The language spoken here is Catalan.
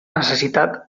necessitat